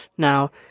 Now